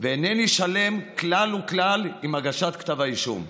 ואינני שלם כלל וכלל עם הגשת כתב האישום.